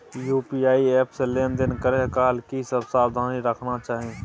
UPI app से लेन देन करै काल की सब सावधानी राखना चाही?